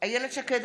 איילת שקד,